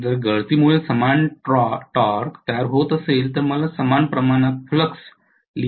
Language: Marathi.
जर गळतीमुळे समान प्रमाणात टॉर्क तयार होत असेल तर मला समान प्रमाणात फ्लक्स लिंकिंगची आवश्यकता असू शकते